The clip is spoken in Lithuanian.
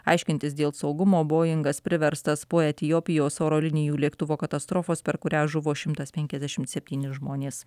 aiškintis dėl saugumo boingas priverstas po etiopijos oro linijų lėktuvo katastrofos per kurią žuvo šimtas penkiasdešimt septyni žmonės